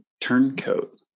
turncoat